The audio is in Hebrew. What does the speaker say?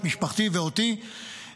את משפחתי ואותי,